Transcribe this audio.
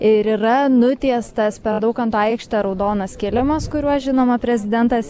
ir yra nutiestas per daukanto aikštę raudonas kilimas kuriuo žinoma prezidentas